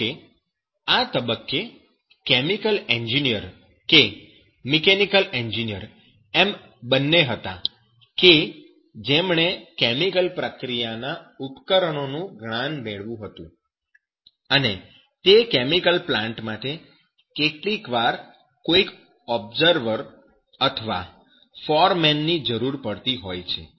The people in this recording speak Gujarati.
જો કે આ તબક્કે કેમિકલ એન્જિનિયર કે જે મિકેનિકલ એન્જિનિયર એમ બંને હતા કે જેમણે કેમિકલ પ્રક્રિયાના ઉપકરણોનું જ્ઞાન મેળવ્યું હતું અને તે કેમિકલ પ્લાન્ટ માટે કેટલીકવાર કોઈક ઓબ્સર્વર અથવા ફોરમેન ની જરૂરત પડતી હોય છે